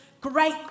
great